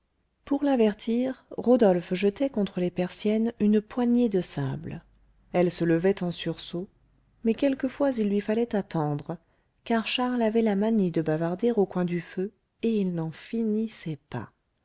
pour l'avertir rodolphe jetait contre les persiennes une poignée de sable elle se levait en sursaut mais quelquefois il lui fallait attendre car charles avait la manie de bavarder au coin du feu et il n'en finissait pas